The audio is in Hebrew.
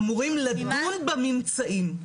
אמורים לדון בממצאים,